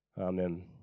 Amen